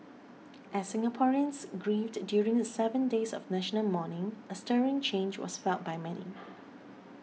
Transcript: as Singaporeans grieved during the seven days of national mourning a stirring change was felt by many